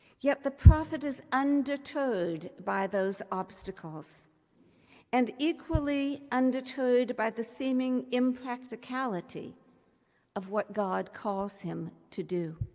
yet the prophet is undeterred by those obstacles and equally undeterred by the seeming impracticality of what god calls him to do.